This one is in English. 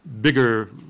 bigger